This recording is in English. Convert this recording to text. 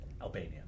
Albania